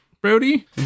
brody